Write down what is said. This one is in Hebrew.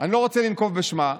אני לא רוצה לנקוב בשמה,